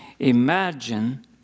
Imagine